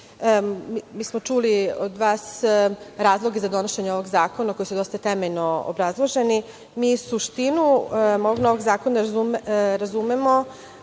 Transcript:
smo od vas razloge za donošenje ovog zakona, koji su dosta temeljno obrazloženi. Mi suštinu novog zakona razumemo